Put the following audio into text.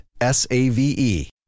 S-A-V-E